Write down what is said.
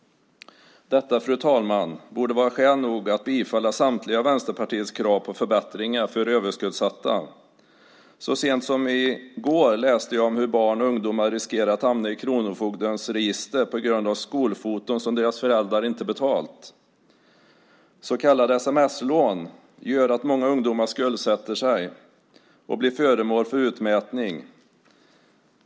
Detta, fru talman, borde vara skäl nog att bifalla samtliga Vänsterpartiets krav på förbättringar för överskuldsatta. Så sent som i går läste jag om hur barn och ungdomar riskerar att hamna i kronofogdens register på grund av skolfoton som deras föräldrar inte betalat. Så kallade sms-lån gör att många ungdomar skuldsätter sig och blir föremål för utmätning.